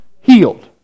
healed